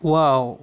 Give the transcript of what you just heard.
wow